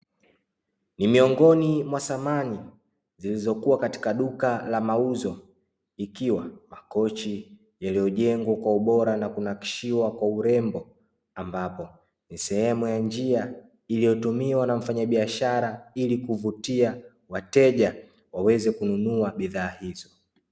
Ni miongoni mwa samani zilizokuwa katika duka la mauzo, ikiwa makochi yaliyojengwa kwa ubora na kunakshiwa kwa urembo ambapo ni sehemu ya njia iliyotumiwa na mfanyabiashara ili kuvutia wateja waweze kununua bidhaa hizo.